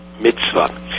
mitzvah